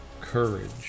Courage